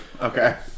Okay